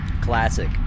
Classic